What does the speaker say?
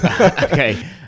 Okay